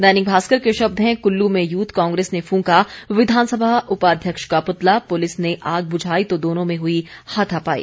दैनिक भास्कर के शब्द हैं कुल्लू में यूथ कांग्रेस ने फूंका विधानसभा उपाध्यक्ष का पुतला पुलिस ने आग बुझाई तो दोनों में हुई हाथापाई